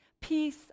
peace